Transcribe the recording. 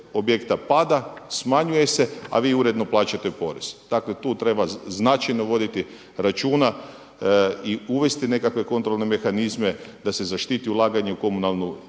objekta pada, smanjuje se, a vi uredno plaćate porez. Dakle, tu treba značajno voditi računa i uvesti nekakve kontrolne mehanizme da se zaštiti ulaganje u komunalnu